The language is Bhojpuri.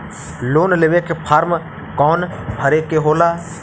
लोन लेवे के फार्म कौन भरे के होला?